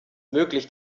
möglich